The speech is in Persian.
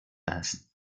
است